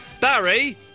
Barry